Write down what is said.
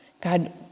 god